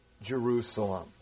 Jerusalem